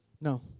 No